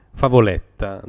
favoletta